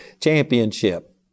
championship